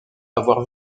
avoir